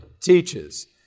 teaches